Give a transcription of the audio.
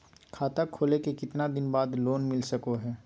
खाता खोले के कितना दिन बाद लोन मिलता सको है?